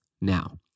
now